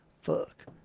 Fuck